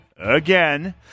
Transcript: Again